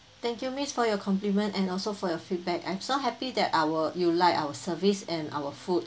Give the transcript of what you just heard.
thank you miss for your compliment and also for your feedback I'm so happy that our you like our service and our food